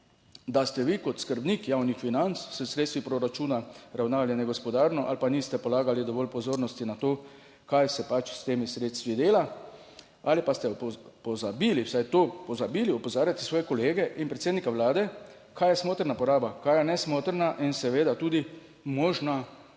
da ste vi kot skrbnik javnih financ, s sredstvi proračuna ravnali negospodarno ali pa niste polagali dovolj pozornosti na to, kaj se pač s temi sredstvi dela ali pa ste pozabili, vsaj to, pozabili opozarjati svoje kolege in predsednika Vlade, kaj je smotrna poraba, kaj je nesmotrna in seveda tudi možna